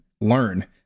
learn